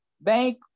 bank